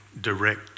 direct